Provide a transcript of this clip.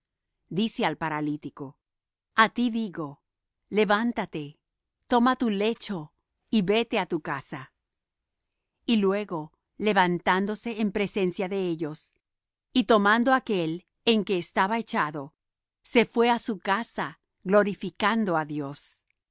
de perdonar pecados dice al paralítico a ti digo levántate toma tu lecho y vete á tu casa y luego levantándose en presencia de ellos y tomando aquel en que estaba echado se fué á su casa glorificando á dios